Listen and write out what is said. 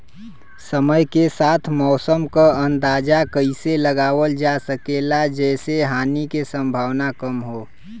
समय के साथ मौसम क अंदाजा कइसे लगावल जा सकेला जेसे हानि के सम्भावना कम हो?